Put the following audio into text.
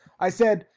i said,